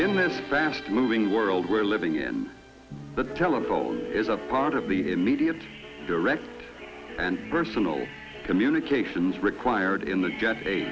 in this fast moving world we're living in the telephone is a part of the immediate direct and personal communications required in the